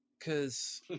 Cause